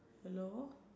hello